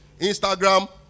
Instagram